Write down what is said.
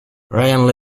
ryan